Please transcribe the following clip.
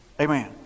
Amen